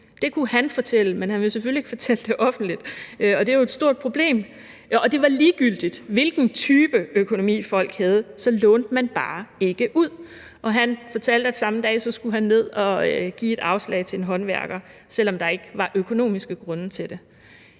Det kunne han fortælle, men han ville selvfølgelig ikke fortælle det offentligt. Og det er jo et stort problem; og ligegyldigt hvilken type økonomi folk havde, lånte man bare ikke ud. Og han fortalte, at samme dag skulle han ned for at give afslag til en håndværker, selv om der ikke var økonomiske grunde til det.